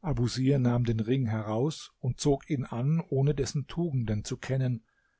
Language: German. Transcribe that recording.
abusir nahm den ring heraus und zog ihn an ohne dessen tugenden zu kennen